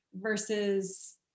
versus